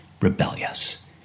rebellious